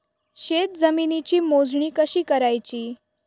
शेत जमिनीची मोजणी कशी करायची?